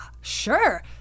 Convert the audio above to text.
sure